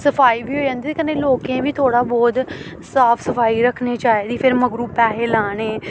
सफाई बी होई जंदी ते कन्नै लोकें गी बी थोह्ड़ा बहुत साफ सफाई रक्खनी चाहिदी फिर मगरू पैहे लाने